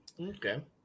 Okay